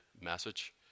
message